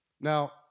Now